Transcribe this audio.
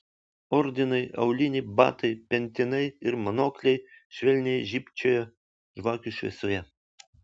ordinai auliniai batai pentinai ir monokliai švelniai žybčiojo žvakių šviesoje